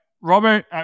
Robert